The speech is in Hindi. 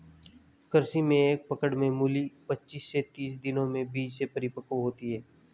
कृषि में एक पकड़ में मूली पचीस से तीस दिनों में बीज से परिपक्व होती है